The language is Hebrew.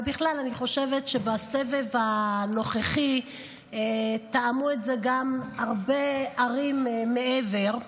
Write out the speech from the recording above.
ובכלל אני חושבת שבסבב הנוכחי טעמו את זה גם הרבה ערים מעבר,